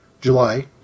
July